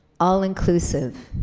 all inclusive,